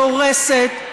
דורסת,